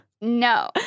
No